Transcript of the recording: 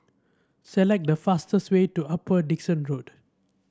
select the fastest way to Upper Dickson Road